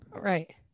Right